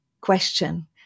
question